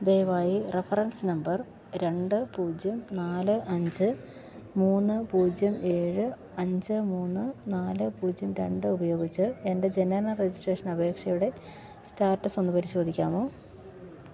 ദയവായി reference number രണ്ട് പൂജ്യം നാല് അഞ്ച് മൂന്ന് പൂജ്യം ഏഴ് അഞ്ച് മൂന്ന് നാല് പൂജ്യം രണ്ട് ഉപയോഗിച്ച് എൻ്റെ ജനന രജിസ്ട്രേഷന് അപേക്ഷയുടെ സ്റ്റാറ്റസ് ഒന്ന് പരിശോധിക്കാമോ